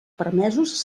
permesos